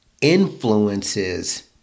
influences